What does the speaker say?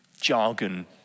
jargon